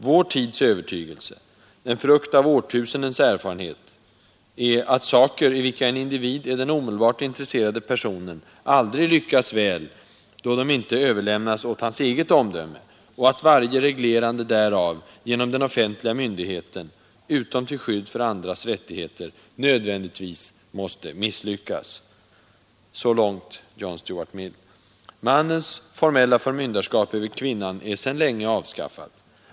Vår tids övertygelse, en frukt av årtusendens erfarenhet, är att saker, i vilka en individ är den omedelbart intresserade personen, aldrig lyckas väl då de inte överlämnas åt hans eget omdöme, och att varje reglerande därav genom den offentliga myndigheten, utom till skydd för andras rättigheter, nödvändigtvis måste misslyckas.” Mannens formella förmynderskap över kvinnan är sedan länge avskaffat.